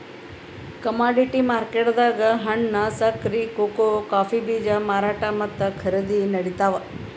commodity ಮಾರ್ಕೆಟ್ದಾಗ್ ಹಣ್ಣ್, ಸಕ್ಕರಿ, ಕೋಕೋ ಕಾಫೀ ಬೀಜ ಮಾರಾಟ್ ಮತ್ತ್ ಖರೀದಿ ನಡಿತಾವ್